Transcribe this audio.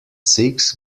six